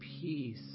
peace